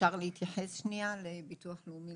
אפשר להתייחס שנייה לביטוח לאומי,